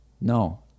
No